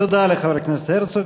תודה לחבר הכנסת הרצוג.